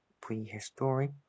prehistoric